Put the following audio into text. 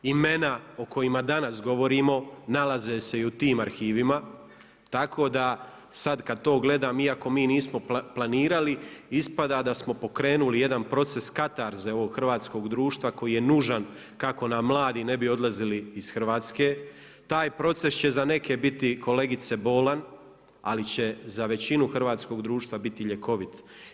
Imena o kojima danas govorimo nalaze se i u tim arhivima, tako da sad kad to gledam, iako mi nismo planirali, ispada, da smo pokrenuli jedan proces katarze ovog hrvatskog društva koji je nužan kako nam mladi ne bi odlazili iz Hrvatske, taj proces će za neke biti kolegice bolan, ali će za većinu hrvatskog društva biti ljekovit.